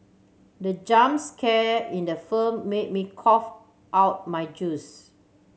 the jump scare in the film made me cough out my juice